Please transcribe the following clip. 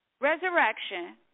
resurrection